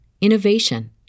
innovation